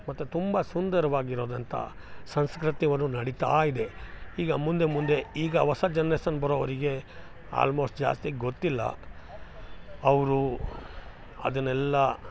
ಮತ್ತು ತುಂಬಾ ಸುಂದರವಾಗಿರೋದಂಥ ಸಂಸ್ಕೃತಿಯನ್ನು ನಡಿತಾ ಇದೆ ಈಗ ಮುಂದೆ ಮುಂದೆ ಈಗ ಹೊಸ ಜನ್ರೇಸನ್ ಬರೋವರಿಗೆ ಆಲ್ಮೋಸ್ಟ್ ಜಾಸ್ತಿ ಗೊತ್ತಿಲ್ಲ ಅವರು ಅದನ್ನೆಲ್ಲಾ